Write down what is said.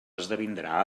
esdevindrà